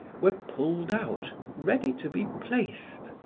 were pulled out, ready to be placed.